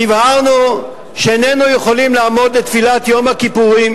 והבהרנו שאיננו יכולים לעמוד לתפילת יום הכיפורים